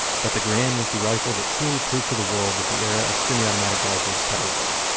but the garand was the rifle that truly proved to the world that the era of semi-automatic rifles had arrived.